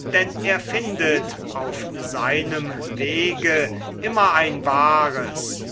denn er findet auf seinem wege immer ein wahres